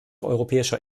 europäischer